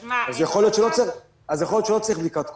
אז יכול להיות שלא צריך בדיקת קורונה,